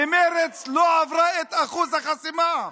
ומרצ לא עברה את אחוז החסימה.